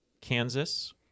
Kansas